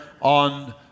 on